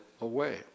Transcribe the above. away